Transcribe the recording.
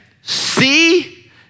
See